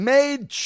Made